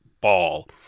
ball